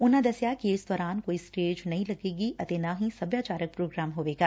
ਉਨਾਂ ਦੱਸਿਆ ਕਿ ਇਸ ਦੌਰਾਨ ਕੋਈ ਸਟੇਜ ਨਹੀਂ ਲੱਗੇਗੀ ਅਤੇ ਨਾ ਹੀ ਸੱਭਿਆਚਾਰਕ ਪ੍ਰੋਗਰਾਮ ਹੋਵੇਗਾ